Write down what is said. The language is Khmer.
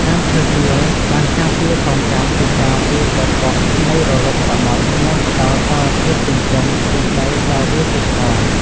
ដើមឈើទាលបានការពារកោងកាងពីការវាយបោកបក់នៃរលកសមុទ្រ និងផ្តល់សារធាតុចិញ្ចឹមពីដីដល់វាទៀតផង។